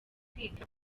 kwiga